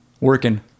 working